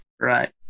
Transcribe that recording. Right